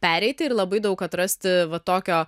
pereiti ir labai daug atrasti va tokio